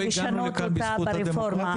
לא הגענו לכאן בזכות הדמוקרטיה?